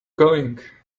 going